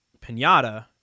Pinata